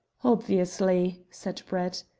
obviously! said brett.